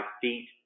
feet